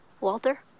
Walter